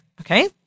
okay